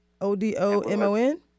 O-D-O-M-O-N